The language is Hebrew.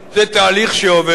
זה תהליך שעובר,